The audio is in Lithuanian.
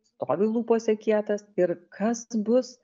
stovi lūpose kietas ir kas bus